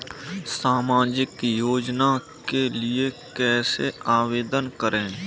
सामाजिक योजना के लिए कैसे आवेदन करें?